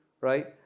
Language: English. right